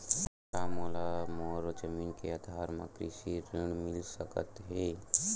का मोला मोर जमीन के आधार म कृषि ऋण मिल सकत हे?